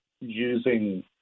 using